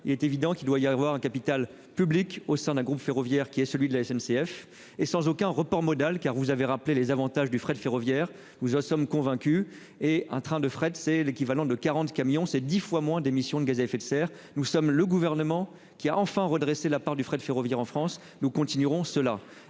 Il est évident qu'il doit y avoir un capital public au sein d'un groupe ferroviaire qui est celui de la SNCF et sans aucun report modal car vous avez rappelé les avantages du fret ferroviaire. Nous en sommes convaincus, et un train de fret, c'est l'équivalent de 40 camions, c'est 10 fois moins d'émissions de gaz à effet de serre. Nous sommes le gouvernement qui a enfin redressé la part du fret ferroviaire en France. Nous continuerons cela